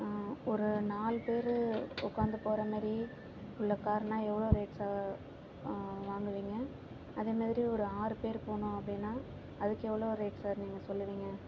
ஒரு நாலு பேர் உட்காந்து போகிற மாதிரி உள்ள கார்னால் எவ்வளோ ரேட் சார் வாங்குவிங்க அதே மாதிரி ஒரு ஆறு பேர் போகணும் அப்படின்னா அதுக்கு எவ்வளோ ரேட் சார் நீங்கள் சொல்லுவீங்க